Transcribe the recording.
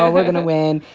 ah we're going to win.